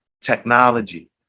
technology